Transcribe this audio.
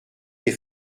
des